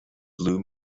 blue